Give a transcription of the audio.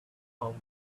found